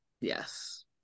Yes